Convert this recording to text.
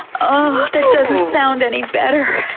um ah that doesn't sound any better.